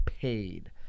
paid